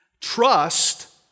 Trust